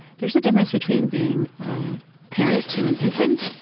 there is a difference between being a parent to an infant,